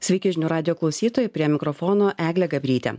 sveiki žinių radijo klausytojai prie mikrofono eglė gabrytė